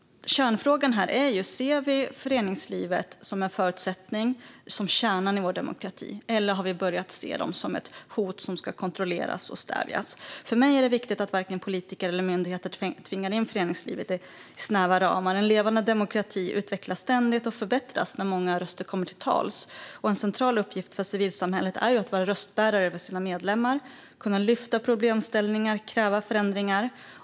Kärnfrågan är: Ser vi föreningslivet som en förutsättning och som kärnan i vår demokrati, eller har vi börjat se det som ett hot som ska kontrolleras och stävjas? För mig är det viktigt att varken politiker eller myndigheter tvingar in föreningslivet i snäva ramar. En levande demokrati utvecklas ständigt och förbättras när många röster kommer till tals. En central uppgift för civilsamhället är att vara röstbärare för sina medlemmar, lyfta problemställningar och kräva förändringar.